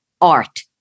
art